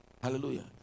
Hallelujah